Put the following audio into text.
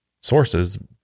sources